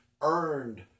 earned